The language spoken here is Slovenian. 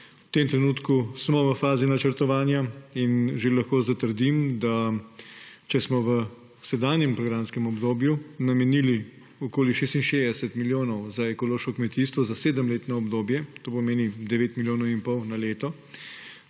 V tem trenutku smo v fazi načrtovanja in že lahko zatrdim, da če smo v sedanjem programskem obdobju namenili okoli 66 milijonov za ekološko kmetijstvo za 7-letno obdobje, to pomeni 9 milijonov in pol na leto,